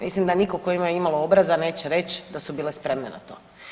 Mislim da nitko tko ima imalo obraza neće reći da su bile spremne na to.